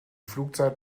flugzeit